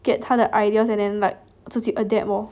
get 他的 ideas and then like adapt lor